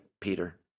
Peter